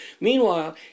Meanwhile